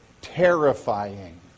terrifying